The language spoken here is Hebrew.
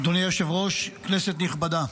אדוני היושב-ראש, כנסת נכבדה,